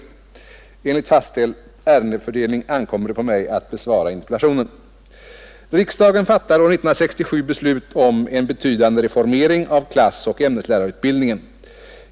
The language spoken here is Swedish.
Enligt fastställd ärendefördelning ankommer det på mig att besvara interpellationen. Riksdagen fattade år 1967 beslut om en betydande reformering av klassoch ämneslärarutbildningen.